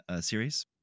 series